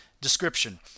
description